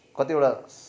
कतिवटा इस